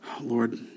Lord